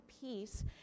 peace